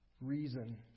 reason